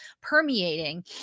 permeating